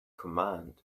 command